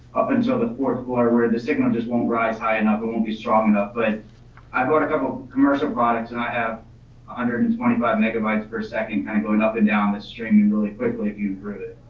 up until the fourth quarter where the signal just won't rise high enough, it won't be strong enough. but i bought a couple commercial products and i have one hundred and twenty five megabytes per second kind going up and down that's streaming really quickly if you've read it.